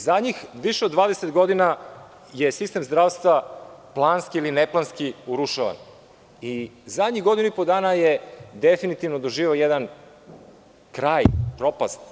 Zadnjih više od 20 godina je sistem zdravstva planski ili neplanski urušavan i zadnjih godinu i po dana je definitivno doživeo jedan kraj, propast.